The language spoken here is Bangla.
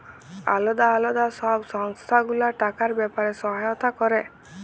আলদা আলদা সব সংস্থা গুলা টাকার ব্যাপারে সহায়তা ক্যরে